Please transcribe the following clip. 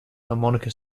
harmonica